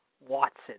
Watson